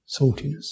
saltiness